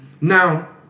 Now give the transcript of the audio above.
Now